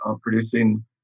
producing